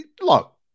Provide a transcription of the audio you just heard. look